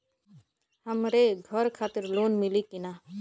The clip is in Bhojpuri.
हमरे घर खातिर लोन मिली की ना?